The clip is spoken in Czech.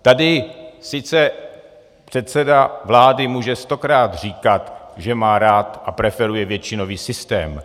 Tady sice předseda vlády může stokrát říkat, že má rád a preferuje většinový systém.